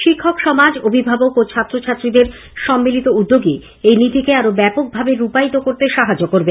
শিক্ষক সমাজ অবিভাবক ও ছাত্র ছাত্রীদের সম্মিলিত উদ্যোগই এই নীতিকে আরো ব্যাপক ভাবে রূপায়িত করতে সাহায্য করবে